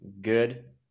good